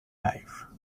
life